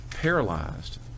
paralyzed